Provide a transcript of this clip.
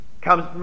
Comes